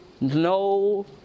no